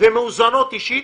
ואני רואה שהן מאוזנות אישית